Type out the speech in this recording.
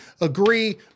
agree